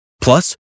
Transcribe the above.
Plus